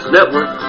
Network